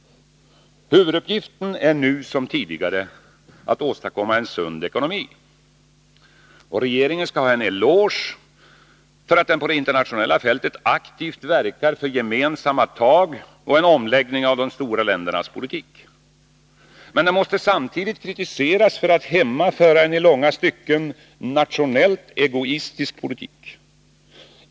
Huvuduppgiften är nu som tidigare att åstadkomma en sund ekonomi. Regeringen skall ha en eloge för att den på det internationella fältet aktivt verkar för gemensamma tag och en omläggning av de stora ländernas politik. Men den måste samtidigt kritiseras för att här hemma föra en i långa stycken nationellt egoistisk politik.